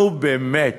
נו, באמת.